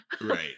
Right